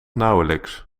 nauwelijks